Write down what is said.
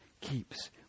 keeps